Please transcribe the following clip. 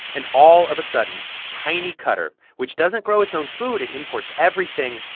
and all of a sudden, tiny qatar, which doesn't grow its own food it imports everything.